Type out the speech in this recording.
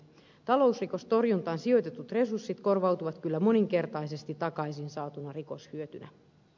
talousrikostorjuntaan sijoitetut resurssit korvautuvat kyllä moninkertaisesti takaisin saatuna rikoshyötynä